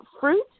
fruit